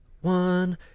one